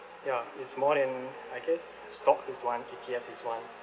ya it's more than I guess stocks is one E_T_F is one